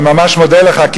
אני ממש מודה לך,